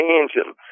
engine